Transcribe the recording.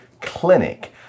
clinic